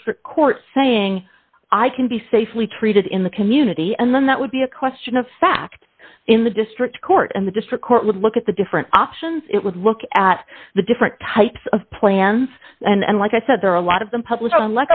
district court saying i can be safely treated in the community and then that would be a question of fact in the district court and the district court would look at the different options it would look at the different types of plans and like i said there are a lot of the public don